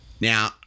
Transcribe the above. Now